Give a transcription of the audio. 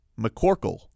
McCorkle